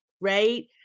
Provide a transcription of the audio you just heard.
right